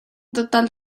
total